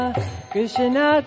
Krishna